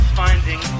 finding